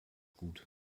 gut